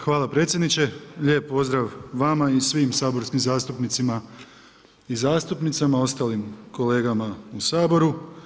Hvala predsjedniče, lijep pozdrav vama i svim saborskim zastupnicima i zastupnicama, ostalim kolegama u Saboru.